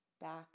back